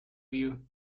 view